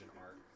art